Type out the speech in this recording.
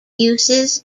uses